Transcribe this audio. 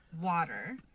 water